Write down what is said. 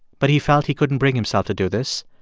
but he felt he couldn't bring himself to do this.